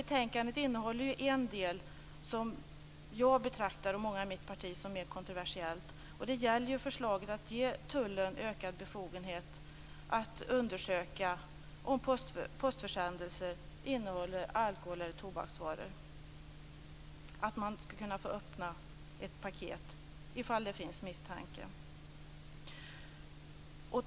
Betänkandet innehåller dock en del som jag och många i mitt parti betraktar som mer kontroversiell. Det gäller förslaget att ge tullen ökad befogenhet att undersöka om postförsändelser innehåller alkoholeller tobaksvaror, dvs. att man skulle få öppna ett paket om det finns sådan misstanke.